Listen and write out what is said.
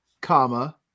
comma